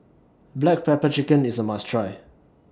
Black Pepper Chicken IS A must Try